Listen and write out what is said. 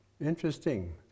interesting